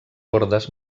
ordes